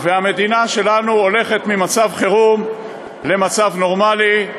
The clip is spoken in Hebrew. המדינה שלנו הולכת ממצב חירום למצב נורמלי,